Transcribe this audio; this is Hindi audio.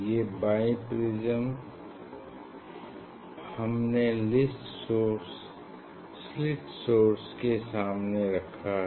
ये बाई प्रिज्म हमने स्लिट सोर्स के सामने रखा है